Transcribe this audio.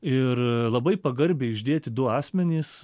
ir labai pagarbiai išdėti du asmenys